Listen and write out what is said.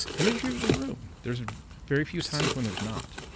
and there's usually room. there's very few times when there's not.